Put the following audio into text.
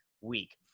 week